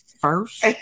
first